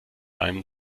einem